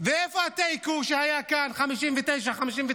איפה התיקו שהיה כאן, 59:59?